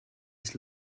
his